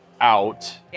out